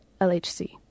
lhc